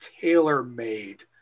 tailor-made